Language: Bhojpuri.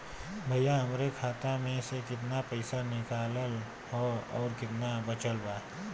भईया हमरे खाता मे से कितना पइसा निकालल ह अउर कितना बचल बा?